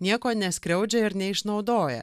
nieko neskriaudžia ir neišnaudoja